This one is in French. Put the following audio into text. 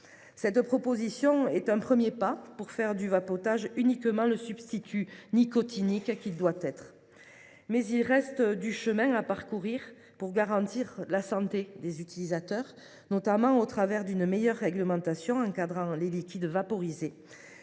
Cette proposition de loi est un premier pas pour faire du vapotage uniquement le substitut nicotinique qu’il doit être. Mais il reste du chemin à parcourir en vue de garantir la santé des utilisateurs, notamment au travers d’une meilleure réglementation encadrant les liquides vaporisés